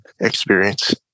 experience